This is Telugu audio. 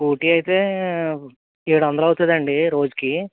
స్కూటీ అయితే ఏడు వందలు అవుతుందండి రోజుకి